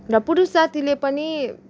र पुरुष जातीले पनि